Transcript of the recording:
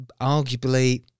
arguably